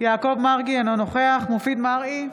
יעקב מרגי, אינו נוכח מופיד מרעי,